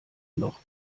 noch